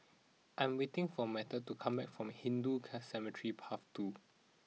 I'm waiting for Matteo to come back from Hindu car Cemetery Path two